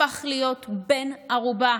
הפך להיות בן ערובה